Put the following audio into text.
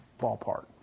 ballpark